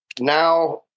now